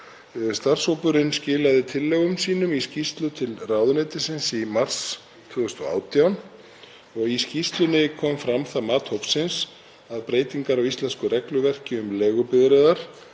Starfshópurinn skilaði tillögum sínum í skýrslu til ráðuneytisins í mars 2018. Í skýrslunni kom fram það mat hópsins að breytingar á íslensku regluverki um leigubifreiðar